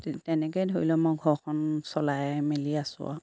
তেনেকে ধৰি লওক মই ঘৰখন চলাই মেলি আছোঁ আৰু